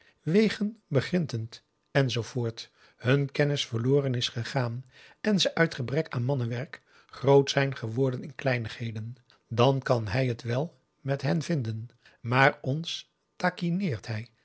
wegen begrintend en zoo voort hun kennis verloren is gegaan en ze uit gebrek aan mannenwerk groot zijn geworden in kleinigheden dan kan hij het wel met hen vinden maar ons taquineert hij